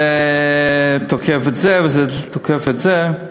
זה תוקף את זה, וזה תוקף את זה.